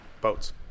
boats